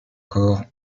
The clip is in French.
corps